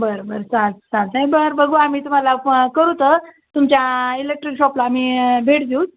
बरं बरं चालेल बरं बघू आम्ही तुम्हाला करू तर तुमच्या इलेक्ट्रिक शॉपला आम्ही भेट देऊ